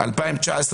ביהודה ושומרון?